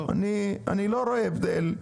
אני לא רואה הבדל.